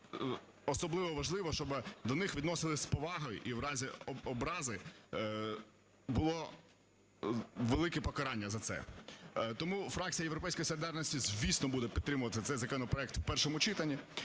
особливо важливо, щоби до них відносились з повагою, і в разі образи було велике покарання за це. Тому фракція "Європейська солідарність", звісно, буде підтримувати цей законопроект в першому читанні.